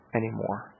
anymore